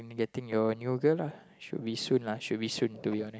getting your new girl lah should be soon lah should be soon to be honest